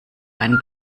einen